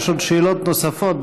יש שאלות נוספות,